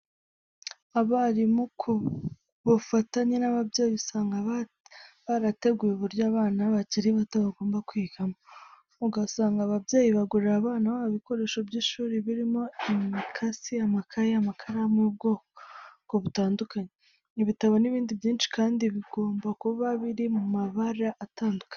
Abarimu ku bufatanye n'ababyeyi usanga barateguye uburyo abana bakiri bato bagomba kwigamo. Usanga ababyeyi bagurira abana babo ibikoresho by'ishuri birimo imikasi, amakayi, amakaramu y'ubwoko butandukanye, ibitabo n'ibindi byinshi kandi bigomba kuba biri mu mabara atandukanye.